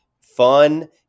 fun